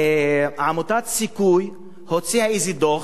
עמותת "סיכוי" הוציאה דוח,